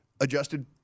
adjusted